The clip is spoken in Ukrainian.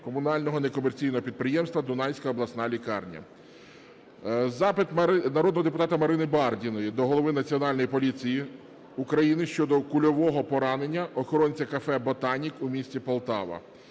комунального некомерційного підприємства "Дунайська обласна лікарня". Запит народного депутата Марини Бардіної до голови Національної поліції України щодо кульового поранення охоронця кафе "Ботанік" у місті Полтаві.